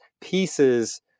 pieces –